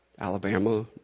Alabama